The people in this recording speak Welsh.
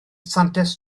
santes